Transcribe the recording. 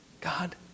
God